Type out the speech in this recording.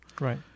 Right